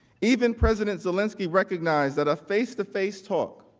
even president zelensky recognized that a face-to-face talk